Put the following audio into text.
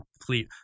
complete